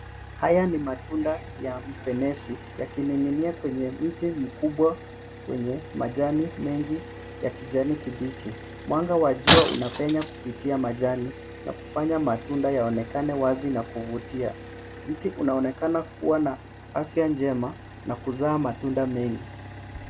Haya ni matunda ya mfenesi, yakining'inia kwenye mti mkubwa wenye majani mengi ya kijani kibichi. Mwanga wa jua unapenya kupitia majani, na kufanya matunda yaonekane wazi na kuvutia. Mti unaonekana kuwa na afya njema na kuzaa matunda mengi.